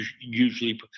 usually